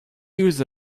use